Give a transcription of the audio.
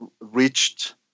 reached